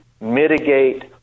mitigate